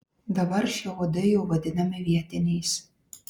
dabar šie uodai jau vadinami vietiniais